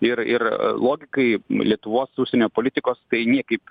ir ir logikai lietuvos užsienio politikos tai niekaip